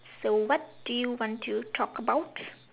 so what do you want to talk about